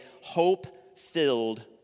hope-filled